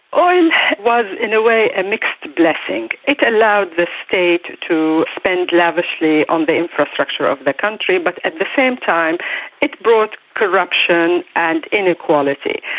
oil was in a way a mixed blessing. it allowed the state to spend lavishly on the infrastructure of the country, but at the same time it brought corruption and inequality.